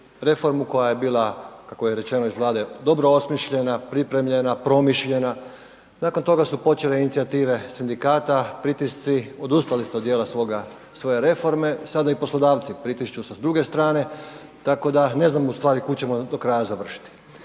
reformu koja je bila, kako je rečeno iz Vlade dobro osmišljena, pripremljena, promišljena. Nakon toga su počele inicijative sindikata, pritisci, odustali ste od dijela svoje reforme sada i poslodavci pritišću s druge strane, tako da ne znam ustvari kuda ćemo do kraja završiti.